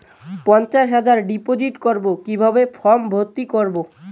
পঞ্চাশ হাজার ডিপোজিট করবো কিভাবে ফর্ম ভর্তি করবো?